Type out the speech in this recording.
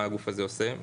מה הגוף הזה עושה?